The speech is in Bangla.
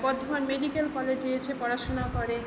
বর্ধমান মেডিকেল কলেজে এসে পড়াশোনা করে